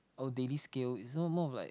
our daily scale isn't more of like